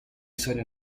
sogno